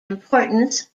importance